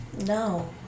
No